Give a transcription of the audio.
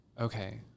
Okay